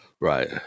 Right